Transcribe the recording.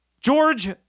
George